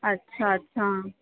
अच्छा अच्छा